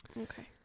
okay